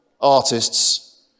artists